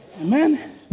Amen